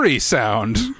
sound